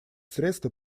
средства